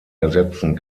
ersetzen